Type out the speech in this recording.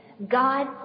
God